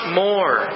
more